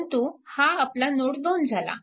परंतु हा आपला नोड 2 झाला